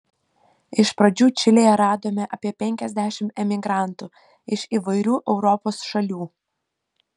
iš pradžių čilėje radome apie penkiasdešimt emigrantų iš įvairių europos šalių